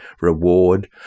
reward